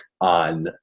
on